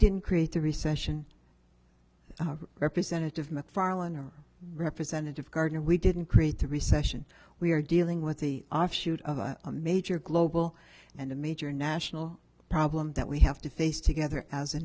didn't create the recession representative mcfarlane or representative gardner we didn't create the recession we are dealing with the offshoot of a major global and a major national problem that we have to face together as a